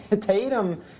Tatum